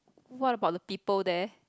what about the people there